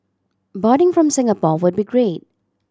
boarding from Singapore would be great